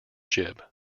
jib